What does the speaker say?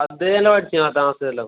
അദ്വൈത് നല്ല പഠിച്ചീന പത്താം ക്ലാസിലെല്ലാം